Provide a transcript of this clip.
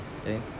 Okay